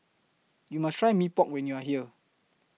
YOU must Try Mee Pok when YOU Are here